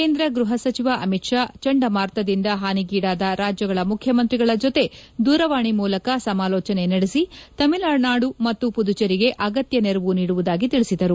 ಕೇಂದ್ರ ಗ್ಬಹ ಸಚಿವ ಅಮಿತ್ ಶಾ ಚಂಡಮಾರುತದಿಂದ ಹಾನಿಗೀಡಾದ ರಾಜ್ಯಗಳ ಮುಖ್ಯಮಂತ್ರಿಗಳ ಜೊತೆ ದೂರವಾಣಿ ಮೂಲಕ ಸಮಾಲೋಚನೆ ನಡೆಸಿ ತಮಿಳುನಾದು ಮತ್ತು ಪುದುಚೆರಿಗೆ ಅಗತ್ಯ ನೆರವು ನೀಡುವುದಾಗಿ ತಿಳಿಸಿದರು